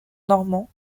normand